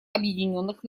объединенных